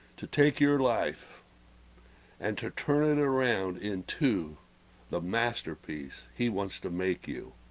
to, take, your life and to turn it around into the masterpiece he wants to make you